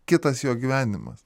kitas jo gyvenimas